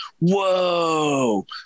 whoa